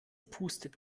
pustet